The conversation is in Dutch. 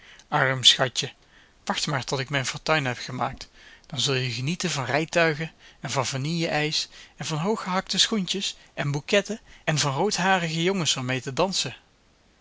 arm schatje wacht maar tot ik mijn fortuin heb gemaakt dan zul je genieten van rijtuigen en van vanilleijs en van hooggehakte schoentjes en bouquetten en van roodharige jongens om mee te dansen